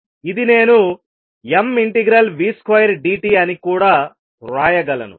ఇది నేను m∫v2dt అని కూడా వ్రాయగలను